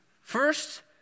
First